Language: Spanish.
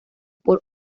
por